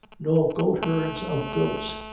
nor goatherds of goats,